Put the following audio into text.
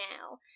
now